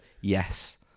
yes